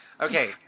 Okay